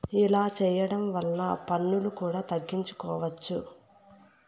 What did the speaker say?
ఇలా చేయడం వల్ల పన్నులు కూడా తగ్గించుకోవచ్చు